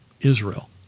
Israel